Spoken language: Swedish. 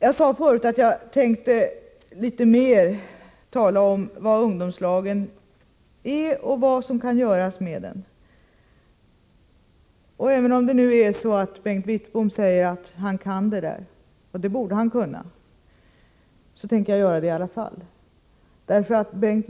Jag sade förut att jag tänkte tala litet mer om vad ungdomslagen är och vad som kan göras med den. Nu säger Bengt Wittbom att han kan det — och det borde han kunna — men jag tänker tala om det i alla fall.